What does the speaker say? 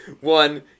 One